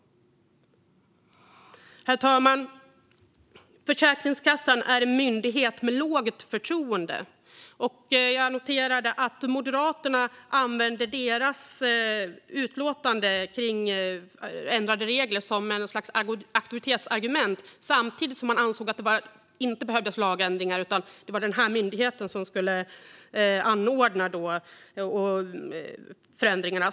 Herr talman! Försäkringskassan är en myndighet med lågt förtroende. Jag noterade att Moderaterna använde deras utlåtande om ändrade regler som något slags auktoritetsargument, samtidigt som man ansåg att det inte behövdes lagändringar, utan det var myndigheten själv som skulle genomföra förändringarna.